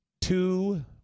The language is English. Two